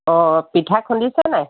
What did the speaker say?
অঁ পিঠা খুন্দিছে নাই